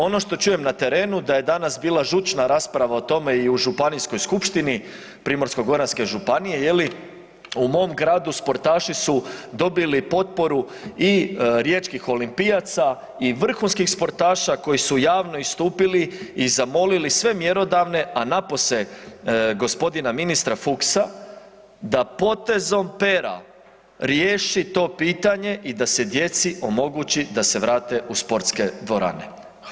Ono što čujem na terenu da je danas bila žučna rasprava o tome i u Županijskoj skupštini Primorsko-goranske županije, je li, u mom gradu, sportaši su dobili potporu i riječkih olimpijaca i vrhunskih sportaša koji su javno istupili i zamolili sve mjerodavne, a napose g. ministra Fuchsa da potezom pera riješi to pitanje i da se djeci omogućit da se vrate u sportske dvorane.